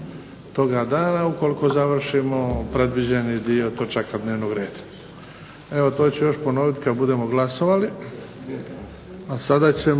toga dana ukoliko završimo predviđeni dio točaka dnevnog reda. Evo to ću još ponoviti kad budemo glasovali